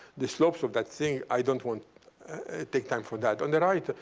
the slopes of that thing. i don't want take time for that. on the right,